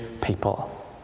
people